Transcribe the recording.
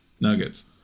nuggets